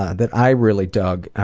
that i really dug,